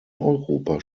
europa